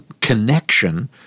connection